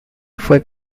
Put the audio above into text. fue